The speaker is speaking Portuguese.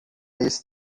esse